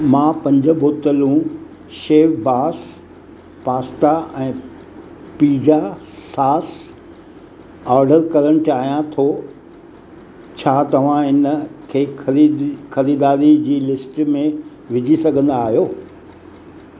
मां पंज बोतलूं शेफ बास पास्ता ऐं पिज़्ज़ा सास ऑडर करणु चाहियां थो छा तव्हां इन खे ख़रीद ख़रीदारी जी लिस्ट में विझी सघंदा आहियो